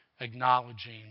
acknowledging